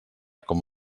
com